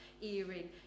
earring